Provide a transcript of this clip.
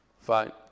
fine